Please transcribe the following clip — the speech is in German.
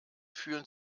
fühlen